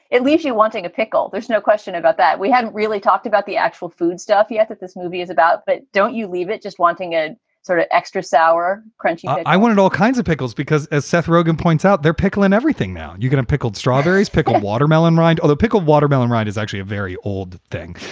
it leaves you wanting a pickle. there's no question about that. we haven't really talked about the actual food stuff yet that this movie is about. but don't you leave it just wanting a sort of extra sour crunchy? i wanted all kinds of pickles because as seth rogen points out there, pickle and everything. now you're going to and pickled strawberries, pickled watermelon rind, although pickled watermelon. right. is actually a very old thing.